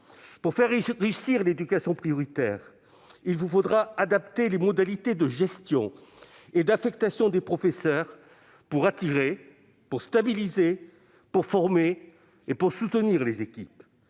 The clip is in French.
Pour faire réussir l'éducation prioritaire, il vous faudra adapter les modalités de gestion et d'affectation des professeurs afin d'attirer, de stabiliser, de former et de soutenir les équipes.